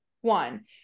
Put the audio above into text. one